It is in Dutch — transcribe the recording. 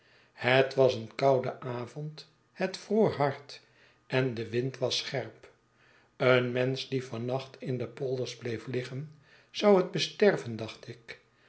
het was een koude avond het vroor hard en de wind was scherp een mensch die van nacht in de polders bleef liggen zou het besterven dacht ik